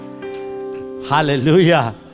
Hallelujah